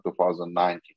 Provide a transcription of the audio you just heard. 2019